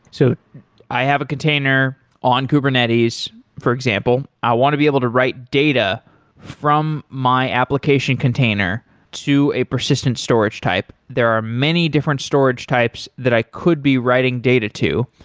i have a container on kubernetes, for example. i want to be able to write data from my application container to a persistent storage type. there are many different storage types that i could be writing data to.